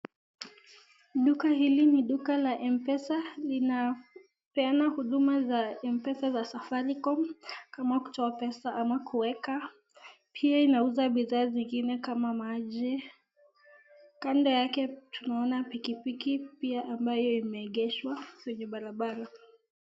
Duka hili ni duka la mpesa, linapeana huduma ya mpesa za safaricom kama kutoa pesa ama kuweka, pia inauza bidhaa zingine kama maji, kando yake tunaona pikipiki pia ambayo imeegeshwa kwenye barabara.